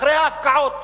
אחרי הפקעות.